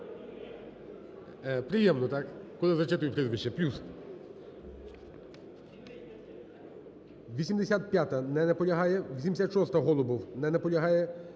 Приємно, так, коли зачитують прізвище, плюс. 85-а. Не наполягає. 86-а, Голубов. Не наполягає.